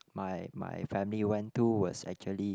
my my family went to was actually